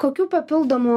kokių papildomų